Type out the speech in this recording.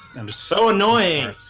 and so annoying.